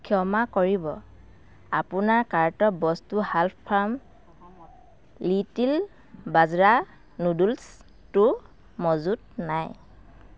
ক্ষমা কৰিব আপোনাৰ কাৰ্টৰ বস্তু স্লাৰ্প ফাৰ্ম লিটিল বাজৰা নুডলছটো মজুত নাই